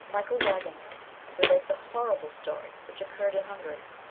michael wagener relates a horrible story which occurred in hungary,